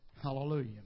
Hallelujah